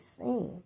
seen